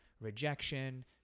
rejection